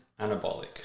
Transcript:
anabolic